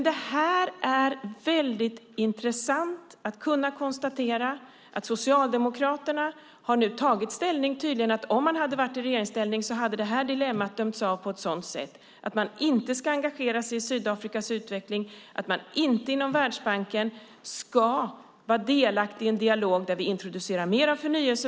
Det är väldigt intressant att konstatera att Socialdemokraterna tydligen har tagit ställning. Om man hade varit i regeringsställning hade det här dilemmat bedömts som att man inte ska engagera sig i Sydafrikas utveckling och att man inte inom Världsbanken ska vara delaktig i en dialog där vi introducerar mer förnybart.